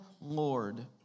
Lord